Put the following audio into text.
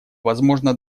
возможно